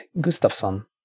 Gustafsson